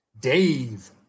dave